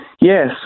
Yes